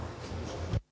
Hvala